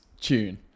tune